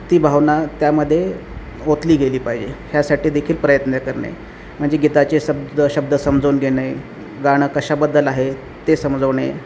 ती भावना त्यामध्ये ओतली गेली पाहिजे ह्यासाठी देखील प्रयत्न करणे म्हणजे गीताचे शब्द शब्द समजवून घेणे गाणं कशाबद्दल आहे ते समजावणे